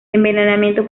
envenenamiento